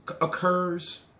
occurs